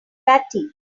batty